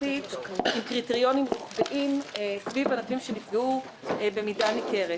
ושיטתית על פי קריטריונים קבועים סביב ענפים שנפגעו במידה ניכרת.